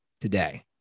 today